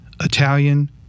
Italian